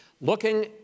Looking